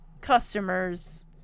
customers